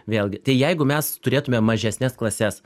vėlgi tai jeigu mes turėtume mažesnes klases